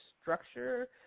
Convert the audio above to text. structure